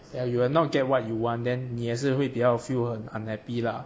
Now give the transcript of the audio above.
like you will not get what you want then 你也是会比较 feel unhappy lah